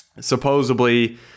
supposedly